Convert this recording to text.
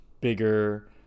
bigger